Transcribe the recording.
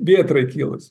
vėtrai kilus